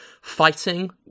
fighting